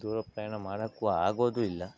ದೂರ ಪ್ರಯಾಣ ಮಾಡೋಕ್ಕೂ ಆಗೋದೂ ಇಲ್ಲ